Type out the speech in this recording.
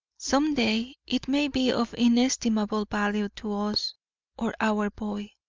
some day it may be of inestimable value to us or our boy.